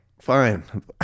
fine